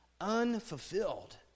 unfulfilled